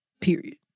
period